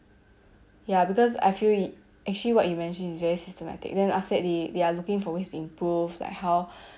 ya because I feel it actually what you mentioned is very systematic then after they they are looking for ways to improve like how